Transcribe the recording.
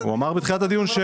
בתחילת הדיון,